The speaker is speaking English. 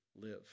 live